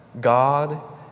God